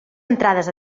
entrades